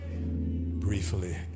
Briefly